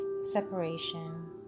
separation